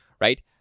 Right